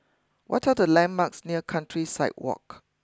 what are the landmarks near Countryside walk